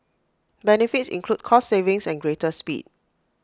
benefits include cost savings and greater speed